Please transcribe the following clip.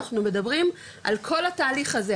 אנחנו מדברים על כל התהליך הזה,